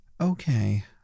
okay